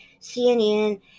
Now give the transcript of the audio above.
CNN